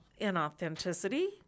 inauthenticity